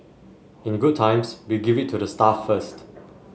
in good times we give it to the staff first